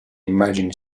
immagini